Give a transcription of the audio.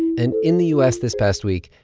and in the u s. this past week,